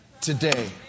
today